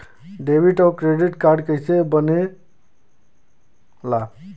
Debit और credit card कईसे बने ने ला?